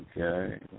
Okay